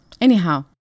Anyhow